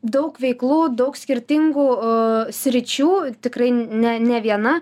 daug veiklų daug skirtingų sričių tikrai ne ne viena